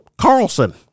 Carlson